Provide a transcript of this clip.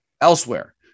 elsewhere